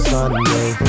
Sunday